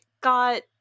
got